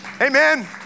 Amen